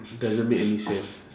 doesn't make any sense